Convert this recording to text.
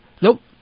Nope